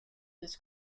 this